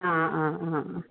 ആ ആ ആ ആ